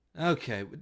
Okay